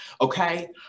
okay